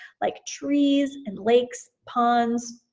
like trees, and lakes, ponds,